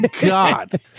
god